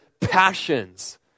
passions